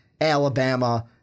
Alabama